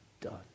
done